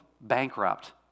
bankrupt